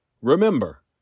Remember